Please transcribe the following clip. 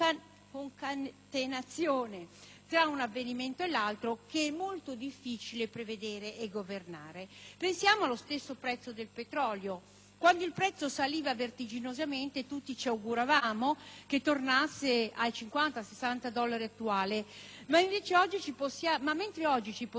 tra un avvenimento e l'altro, difficilmente prevedibile e governabile. Pensiamo al prezzo del petrolio. Quando il prezzo saliva vertiginosamente tutti si auguravano che tornasse ai 50-60 dollari attuali. Ma mentre invece oggi ci si può rallegrare del diminuito prezzo del petrolio,